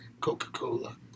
Coca-Cola